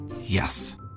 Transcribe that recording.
Yes